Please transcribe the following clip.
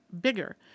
bigger